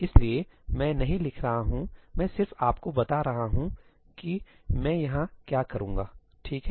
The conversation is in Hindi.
इसलिए मैं नहीं लिख रहा हूंमैं सिर्फ आपको बता रहा हूं कि मैं यहां क्या करूंगा ठीक है